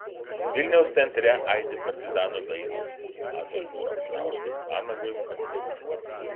vilniaus centre aidi partizanų dainos adolfui ramanauskui vanagui atminti